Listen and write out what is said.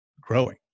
growing